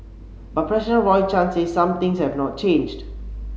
but president Roy Chan says some things have not changed